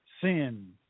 sin